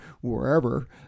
wherever